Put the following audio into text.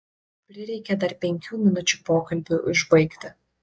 prireikė dar penkių minučių pokalbiui užbaigti